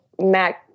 Mac